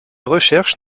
recherche